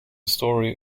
story